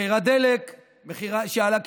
מחיר הדלק עלה,